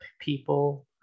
people